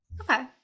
Okay